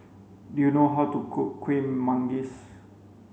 do you know how to cook Kueh Manggis